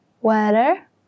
Weather